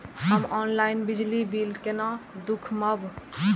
हम ऑनलाईन बिजली बील केना दूखमब?